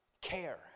care